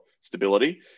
stability